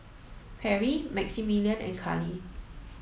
Perry Maximillian and Karli